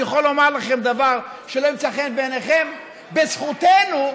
אני יכול לומר לכם דבר שלא ימצא חן בעיניכם: בזכותנו,